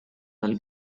del